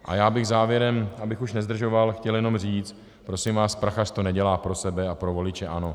A já bych závěrem, abych už nezdržoval, chtěl jenom říct: Prosím vás, Prachař to nedělá pro sebe a pro voliče ANO.